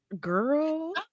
girl